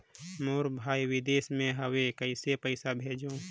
मोर भाई विदेश मे हवे कइसे पईसा भेजो?